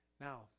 Now